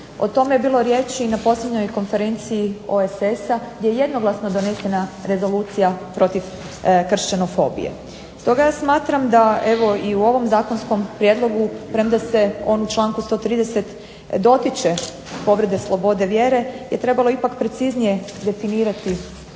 O tome je bilo riječi i na posljednjoj konferenciji OESS-a gdje je jednoglasno donesena rezolucija protiv kršćanofobije. Stoga ja smatram da evo i u ovom zakonskom prijedlogu premda se on u članku 130. dotiče povrede slobode vjere je trebalo ipak preciznije definirati